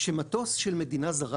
כשמטוס של מדינה זרה